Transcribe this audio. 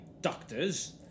doctors